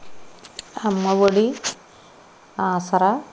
అమ్మ ఒడి ఆసర